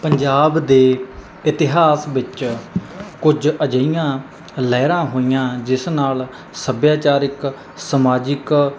ਪੰਜਾਬ ਦੇ ਇਤਿਹਾਸ ਵਿੱਚ ਕੁਝ ਅਜਿਹੀਆਂ ਲਹਿਰਾਂ ਹੋਈਆਂ ਜਿਸ ਨਾਲ ਸੱਭਿਆਚਾਰ ਇੱਕ ਸਮਾਜਿਕ